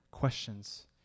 questions